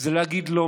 זה להגיד לא,